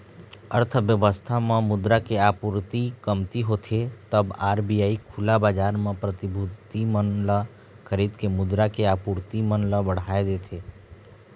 अर्थबेवस्था म मुद्रा के आपूरति कमती होथे तब आर.बी.आई खुला बजार म प्रतिभूति मन ल खरीद के मुद्रा के आपूरति मन ल बढ़ाय देथे